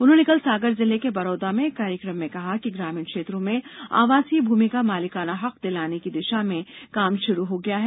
उन्होंने कल सागर जिले के बरौदा में एक कार्यक्रम में कहा कि ग्रामीण क्षेत्रों में आवासीय भूमि का मालिकाना हक दिलाने की दिषा में काम शुरू हो गया है